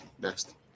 Next